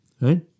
Right